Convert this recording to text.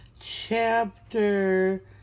chapter